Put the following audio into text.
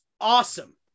awesome